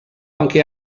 anche